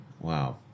Wow